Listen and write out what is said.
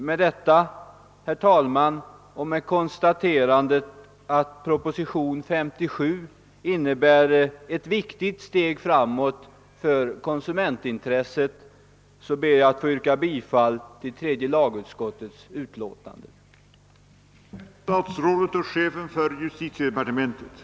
Med detta och med konstaterandet att propositionen 57 innebär ett viktigt steg framåt för konsumentintresset ber jag att få yrka bifall till tredje lagutskottets hemställan i dess utlåtande nr 45.